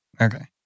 Okay